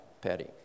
Petty